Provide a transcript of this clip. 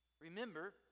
remember